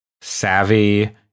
savvy